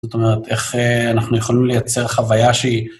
זאת אומרת, איך אנחנו יכולים לייצר חוויה שהיא...